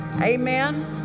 Amen